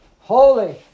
holy